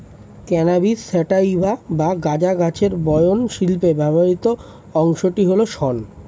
cannabis sativa বা গাঁজা গাছের বয়ন শিল্পে ব্যবহৃত অংশটি হল শন